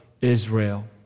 Israel